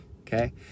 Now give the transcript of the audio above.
okay